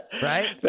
Right